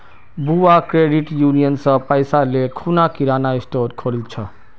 बुआ credit union स पैसा ले खूना किराना स्टोर खोलील छ